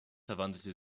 verwandelte